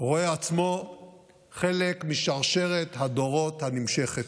רואה עצמו חלק משרשרת הדורות הנמשכת.